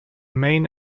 main